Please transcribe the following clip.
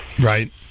Right